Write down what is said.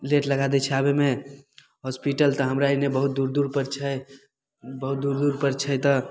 late लगा दै छै आबेमे होस्पिटल तऽ हमरा एन्ने बहुत दूर दूर पर छै बहुत दूर दूर पर छै तऽ